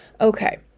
okay